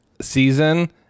season